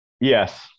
Yes